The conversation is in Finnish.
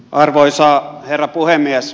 arvoisa herra puhemies